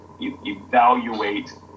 evaluate